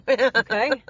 Okay